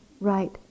right